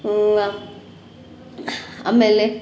ಆಮೇಲೆ